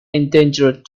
endangered